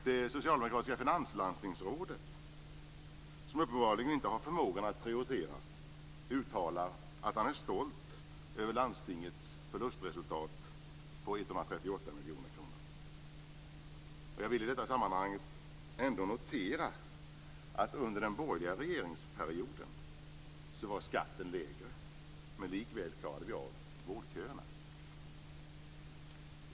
Det socialdemokratiska finanslandstingsrådet, som uppenbarligen inte har förmågan att prioritera, uttalar att han är stolt över landstingets förlustresultat på 138 miljoner kronor. Jag vill i detta sammanhang notera att under den borgerliga regeringsperioden var skatten lägre, men likväl klarade vi av vårdköerna.